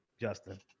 Justin